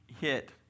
hit